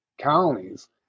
colonies